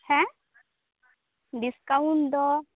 ᱦᱮᱸ ᱰᱤᱥᱠᱟᱣᱩᱱᱴ ᱫᱚ